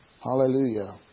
Hallelujah